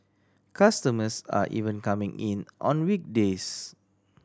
customers are even coming in on weekdays